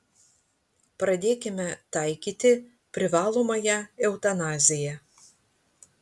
pradėkime taikyti privalomąją eutanaziją